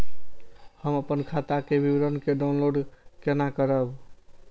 हम अपन खाता के विवरण के डाउनलोड केना करब?